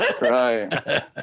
Right